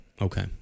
Okay